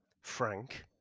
Frank